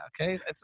Okay